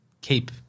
keep